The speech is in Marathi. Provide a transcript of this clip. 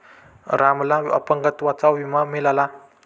रामला अपंगत्वाचा विमा मिळाला